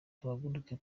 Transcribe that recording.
duhaguruke